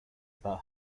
about